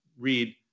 read